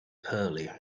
pearly